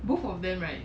both of them right